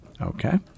okay